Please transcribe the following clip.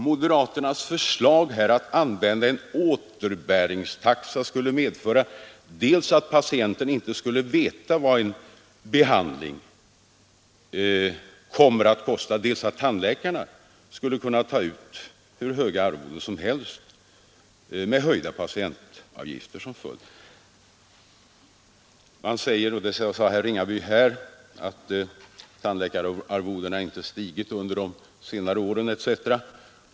Moderaternas förslag att använda en återbäringstaxa skulle medföra dels att patienten inte skulle veta vad en behandling kommer att kosta, dels att tandläkarna skulle kunna ta ut hur höga arvoden som helst, med höjda patientavgifter som följd. Det har sagts — herr Ringaby sade det här — att tandläkararvodena inte stigit under de senare åren.